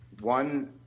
one